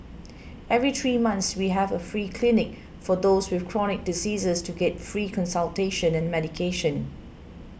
every three months we have a free clinic for those with chronic diseases to get free consultation and medication